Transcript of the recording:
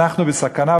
אנחנו בסכנה.